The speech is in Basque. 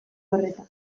horretan